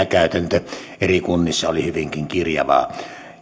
käytäntö eri kunnissa oli hyvinkin kirjavaa